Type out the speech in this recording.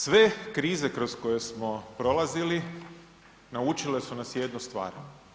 Sve krize kroz koje smo prolazili, naučile su nas jednu stvar.